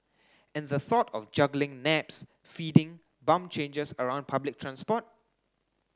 and the thought of juggling naps feeding bum changes around public transport